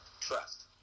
trust